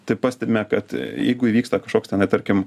tik pastebime kad jeigu įvyksta kažkoks tenai tarkim